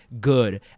good